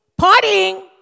partying